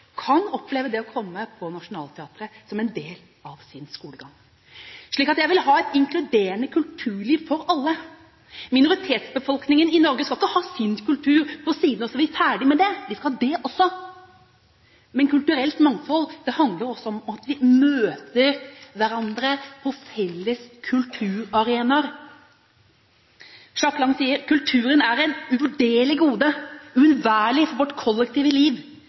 kan få oppleve det å komme i Nationaltheatret som en del av sin skolegang. Jeg vil ha et inkluderende kulturliv for alle. Minoritetsbefolkningen i Norge skal ikke ha sin kultur på siden, og så er vi ferdig med det – de skal ha også det. Kulturelt mangfold handler også om at vi møter hverandre på felles kulturarenaer. Jack Lang sier: Kulturen er et uvurderlig gode, uunnværlig for vårt kollektive liv.